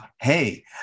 Hey